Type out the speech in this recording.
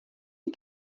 you